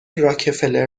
راکفلر